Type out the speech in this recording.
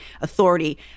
authority